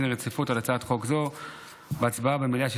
הרציפות על הצעת חוק זו בהצבעה במליאה,